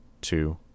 two